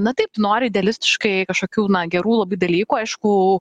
na taip nori idealistiškai kažkokių na gerų labai dalykų aišku